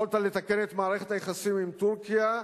יכולת לתקן את מערכת היחסים עם טורקיה,